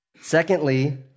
Secondly